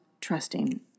trusting